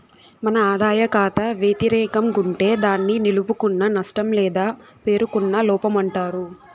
మన ఆదాయ కాతా వెతిరేకం గుంటే దాన్ని నిలుపుకున్న నష్టం లేదా పేరుకున్న లోపమంటారు